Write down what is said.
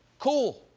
cool!